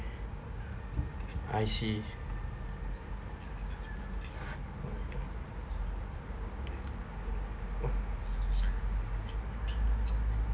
I see